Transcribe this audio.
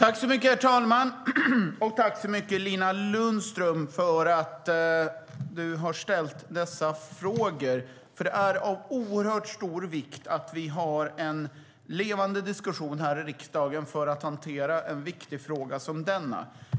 Herr talman! Jag vill tacka Nina Lundström för att hon har ställt dessa frågor. Det är av oerhört stor vikt att vi har en levande diskussion här i riksdagen för att hantera en viktig fråga som denna.